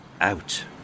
out